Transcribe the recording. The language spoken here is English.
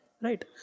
Right